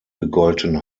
gegolten